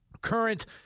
current